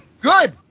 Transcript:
Good